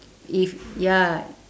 if ya